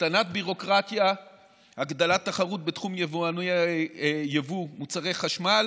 הקטנת ביורוקרטיה והגדלת תחרות בתחום יבוא מוצרי חשמל